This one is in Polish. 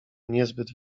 niezbyt